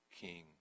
king